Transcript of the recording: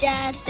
Dad